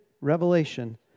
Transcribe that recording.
revelation